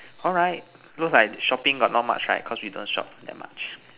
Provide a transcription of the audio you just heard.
alright looks like shopping got not much right cause we don't shop that much